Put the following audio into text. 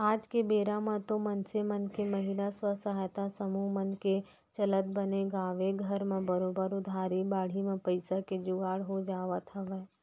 आज के बेरा म तो मनसे मन के महिला स्व सहायता समूह मन के चलत बने गाँवे घर म बरोबर उधारी बाड़ही म पइसा के जुगाड़ हो जावत हवय